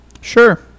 sure